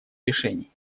решений